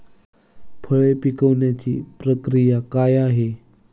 फळे पिकण्याची प्रक्रिया काय आहे?